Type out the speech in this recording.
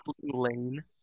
Lane